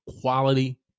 quality